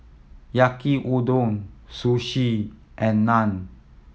Yaki Udon Sushi and Naan